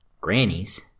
grannies